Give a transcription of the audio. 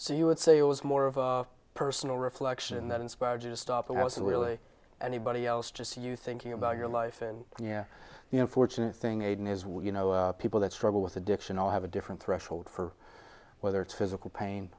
so you would say it was more of a personal reflection that inspired you to stop and i wasn't really anybody else just you thinking about your life and yeah you know fortunate thing aiden is well you know people that struggle with addiction all have a different threshold for whether it's physical pain